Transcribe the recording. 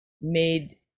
made